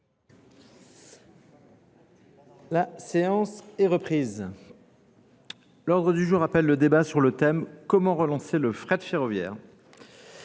La séance est reprise. L'ordre du jour appelle le débat sur le thème comment relancer le frais de ferroviaire.